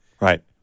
Right